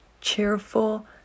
cheerful